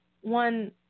One